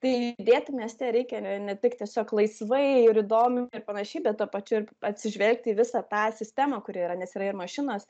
tai judėti mieste reikia ne ne tik tiesiog laisvai ir įdomiai ir panašiai bet tuo pačiu ir atsižvelgti į visą tą sistemą kuri yra nes yra ir mašinos